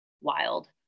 wild